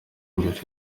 mbere